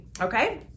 Okay